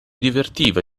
divertiva